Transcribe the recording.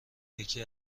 یکی